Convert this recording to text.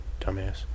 dumbass